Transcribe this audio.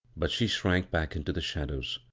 but she shrank back into the shadows.